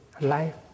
life